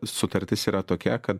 sutartis yra tokia kad